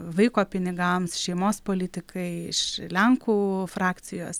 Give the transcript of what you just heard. vaiko pinigams šeimos politikai iš lenkų frakcijos